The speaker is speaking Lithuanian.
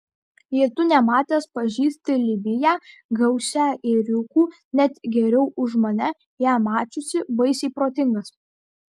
jei tu nematęs pažįsti libiją gausią ėriukų net geriau už mane ją mačiusį baisiai protingas